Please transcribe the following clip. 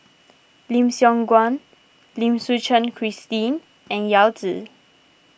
Lim Siong Guan Lim Suchen Christine and Yao Zi